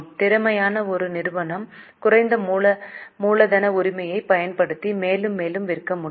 திறமையான ஒரு நிறுவனம் குறைந்த மூலதன உரிமையைப் பயன்படுத்தி மேலும் மேலும் விற்க முடியும்